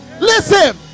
listen